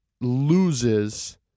loses